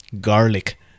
garlic